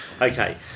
Okay